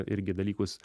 irgi dalykus